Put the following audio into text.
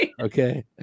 okay